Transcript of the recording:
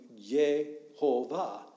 Yehovah